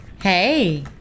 Hey